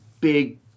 big